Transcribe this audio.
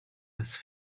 this